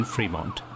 Fremont